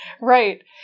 Right